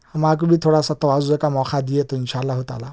ہمارے کو بھی تھوڑا سا تواضع کا موقع دئے تو انشاء اللہ تعالی